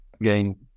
again